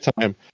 time